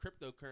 cryptocurrency